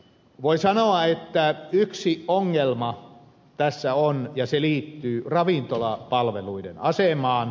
voi sanoa että yksi ongelma tässä on ja se liittyy ravintolapalveluiden asemaan